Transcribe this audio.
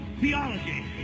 theology